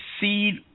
Seed